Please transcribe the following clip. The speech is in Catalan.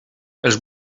els